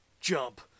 jump